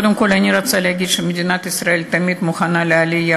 קודם כול אני רוצה להגיד שמדינת ישראל תמיד מוכנה לעלייה,